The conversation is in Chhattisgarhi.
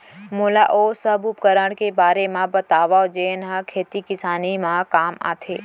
मोला ओ सब उपकरण के बारे म बतावव जेन ह खेती किसानी म काम आथे?